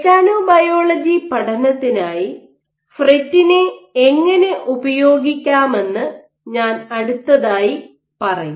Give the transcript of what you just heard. mechanobiology പഠനത്തിനായി ഫ്രെറ്റിനെ എങ്ങനെ ഉപയോഗിക്കാമെന്ന് ഞാൻ അടുത്തതായി പറയും